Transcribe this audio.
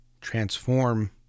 transform